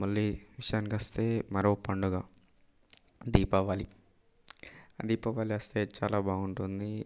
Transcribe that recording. మళ్ళీ విషయానికొస్తే మరో పండుగ దీపావళి దీపావళి వస్తే చాలా బాగుంటుంది